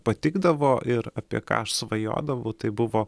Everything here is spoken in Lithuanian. patikdavo ir apie ką aš svajodavau tai buvo